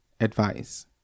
Advice